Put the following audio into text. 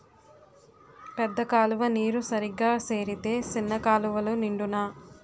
పెద్ద కాలువ నీరు సరిగా సేరితే సిన్న కాలువలు నిండునా